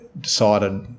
decided